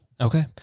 Okay